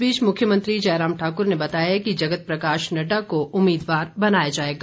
इस बीच मुख्यमंत्री जयराम ठाकुर ने बताया कि जगत प्रकाश नडडा को उम्मीदवार बनाया जाएगा